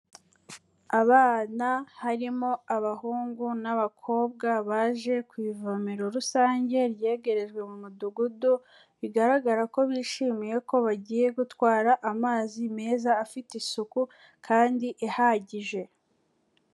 Abana harimo abahungu n'abakobwa, baje ku ivomero rusange ryegerejwe mu mudugudu, bigaragara ko bishimiye ko bagiye gutwara amazi meza afite isuku kandi ihagije.